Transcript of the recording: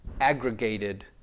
aggregated